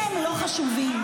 אתה לא חשובים.